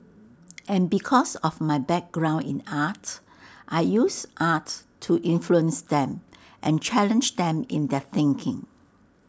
and because of my background in art I use art to influence them and challenge them in their thinking